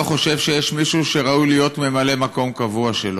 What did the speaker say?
חושב שיש מישהו שראוי להיות ממלא מקום קבוע שלו.